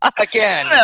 Again